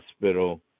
hospital